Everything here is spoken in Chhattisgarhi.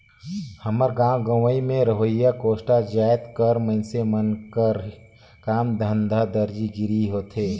हमर गाँव गंवई में रहोइया कोस्टा जाएत कर मइनसे मन कर काम धंधा दरजी गिरी होथे